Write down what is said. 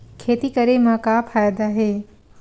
खेती करे म का फ़ायदा हे?